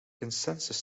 consensus